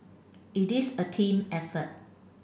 it is a team effort